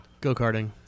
go-karting